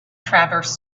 transverse